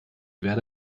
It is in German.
werde